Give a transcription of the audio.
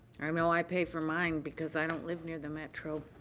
i know i pay for mine because i don't live near the metro.